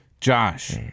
Josh